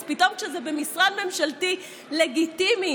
אז פתאום כשזה במשרד ממשלתי לגיטימי,